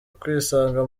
kwisanga